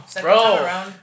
bro